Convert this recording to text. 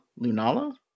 Lunala